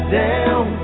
down